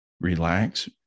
relax